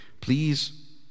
please